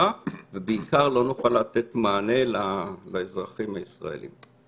ובעיקר לא נוכל לתת מענה לאזרחים הישראלים.